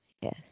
Yes